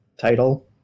title